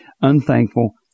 unthankful